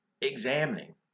examining